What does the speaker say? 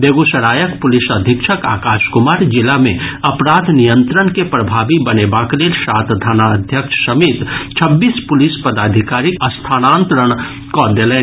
बेगूसरायक police अधीक्षक आकाश कुमार जिला मे अपराध नियंत्रण के प्रभावी बनेबाक लेल सात थानाध्यक्ष समेत छब्बीस पुलिस पदाधिकारीक स्थानांतरण कऽ देलनि